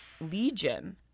Legion